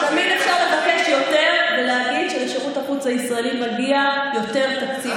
תמיד אפשר לבקש יותר ולהגיד שלשירות החוץ הישראלי מגיע יותר תקציב.